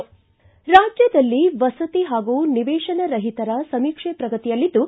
ರಾಜ್ಯದಲ್ಲಿ ವಸತಿ ಹಾಗೂ ನಿವೇಶನ ರಹಿತರ ಸಮೀಕ್ಷೆ ಪ್ರಗತಿಯಲ್ಲಿದ್ದು